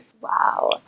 wow